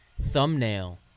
thumbnail